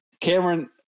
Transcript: Cameron